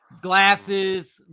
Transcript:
Glasses